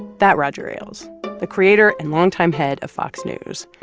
that roger ailes the creator and longtime head of fox news,